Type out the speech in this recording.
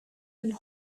and